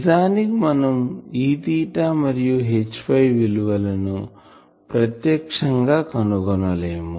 నిజానికి మనం Eθ మరియు Hϕ విలువల ని ప్రత్యక్షంగా కనుగొనలేము